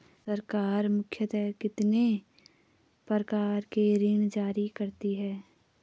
सरकार मुख्यतः कितने प्रकार के ऋण जारी करती हैं?